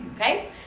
Okay